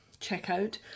checkout